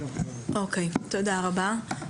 תודה רבה.